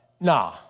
nah